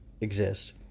exist